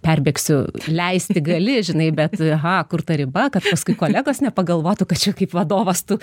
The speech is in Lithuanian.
perbėgsiu leisti gali žinai bet aha kur ta riba kad paskui kolegos nepagalvotų kad čia kaip vadovas tu